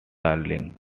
darling